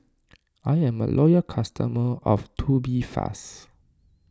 I'm a loyal customer of Tubifast